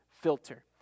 filter